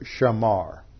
shamar